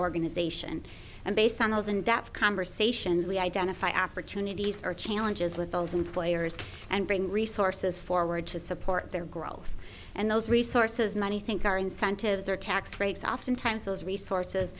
organization and based on those in depth conversations we identify opportunities or challenges with those employers and bring resources forward to support their growth and those resources money think our incentives or tax breaks oftentimes those resources